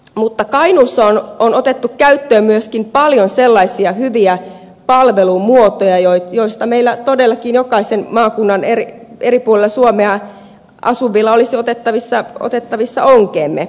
mutta kainuussa on otettu käyttöön myöskin paljon sellaisia hyviä palvelumuotoja joista meillä todellakin jokaisessa maakunnassa eri puolilla suomea asuvilla olisi otettavissa onkeemme